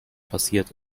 passiert